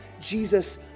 Jesus